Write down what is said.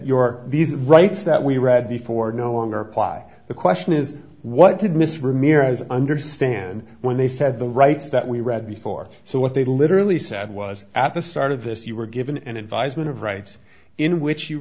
your these rights that we read before no longer apply the question is what did miss ramirez understand when they said the rights that we read before so what they literally said was at the start of this you were given an advisement of rights in which you